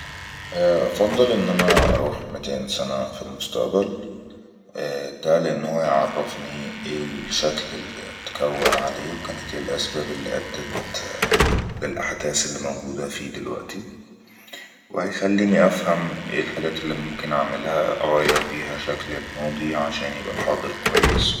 افضل ان اروح متين سنة في المستئبل ده لانه يعرفني ا ايه لشكل اللي تكون عليه وكانت ايه الاسباب اللي أدت للأحداس اللي موجودة فيه دلوقتي وهيخليني افهم ايه الحاجات اللي ممكن اعملها اغير بيها شكل الماضي عشان يبأى الحاضر كويس